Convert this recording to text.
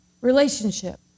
relationship